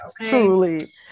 truly